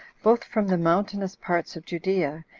both from the mountainous parts of judea,